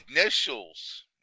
initials